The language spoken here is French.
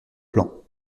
plan